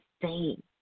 insane